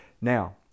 Now